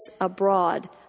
abroad